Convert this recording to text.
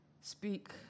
speak